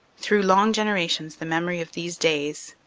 through long generations the memory of these days,